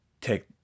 take